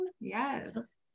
yes